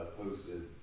posted